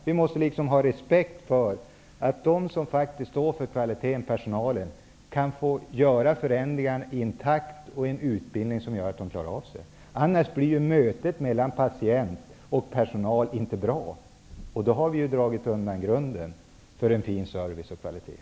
Vi måste ha respekt för att de som faktiskt står för kvaliteten, personalen, kan få vidta förändringar i sin egen takt och med en utbildning som gör att de klarar av det. I annat fall blir mötet mellan patient och personal inte bra. Då har vi dragit undan grunden för en fin service och för kvalitet.